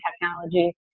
technology